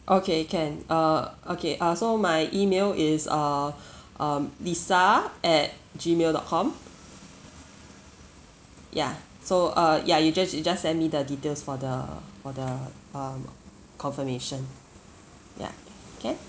okay can uh okay uh so my email is err um lisa at gmail dot com yeah so uh yeah you just you just send me the details for the for the uh confirmation ya can